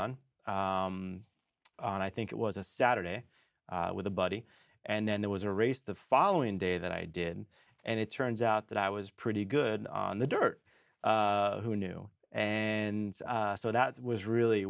and i think it was a saturday with a buddy and then there was a race the following day that i did and it turns out that i was pretty good on the dirt who knew and so that was really